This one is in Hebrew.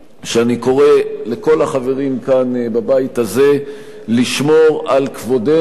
שאני קורא לכל החברים בבית הזה לשמור על כבודנו,